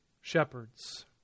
shepherds